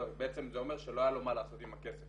בעצם זה אומר שלא היה לו מה לעשות עם הכסף,